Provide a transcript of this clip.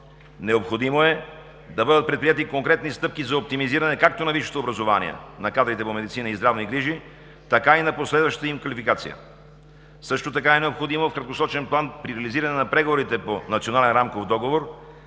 Необходимо е да бъдат предприети конкретни стъпки за оптимизиране, както на висшето образование на кадрите по медицина и здравни грижи, така и на последващата им квалификация. Също така е необходимо в краткосрочен план при реализиране на преговорите за Национален рамков договор